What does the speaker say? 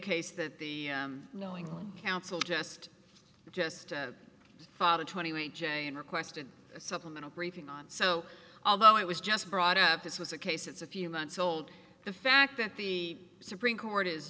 case that the knowingly counsel just just father twenty one j and requested a supplemental briefing on so although i was just brought up this was a case it's a few months old the fact that the supreme court is